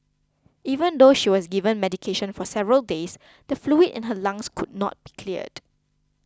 even though she was given medication for several days the fluid in her lungs could not be cleared